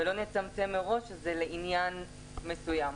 ולא נצמצם מראש לעניין מסוים.